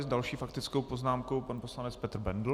S další faktickou poznámkou pan poslanec Petr Bendl.